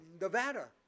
Nevada